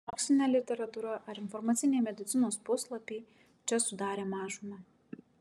mokslinė literatūra ar informaciniai medicinos puslapiai čia sudarė mažumą